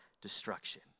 Destruction